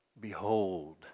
behold